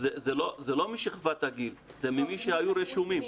זה לא משכבת הגיל, זה ממי שהיו רשומים.